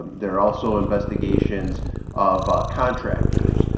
there are also investigations of contractors,